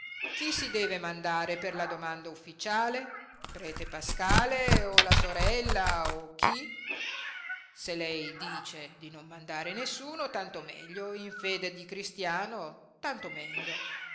chi si deve mandare per la domanda ufficiale prete paskale o la sorella o chi se lei dice di non mandare nessuno tanto meglio in fede di cristiano tanto meglio